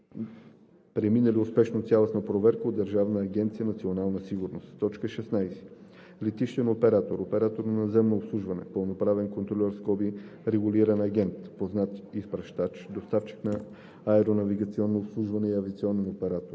преминали успешно цялостна проверка от Държавна агенция „Национална сигурност“; 16. летищен оператор, оператор по наземно обслужване, пълноправен контрольор (регулиран агент), познат изпращач, доставчик на аеронавигационно обслужване и авиационен оператор,